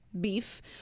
beef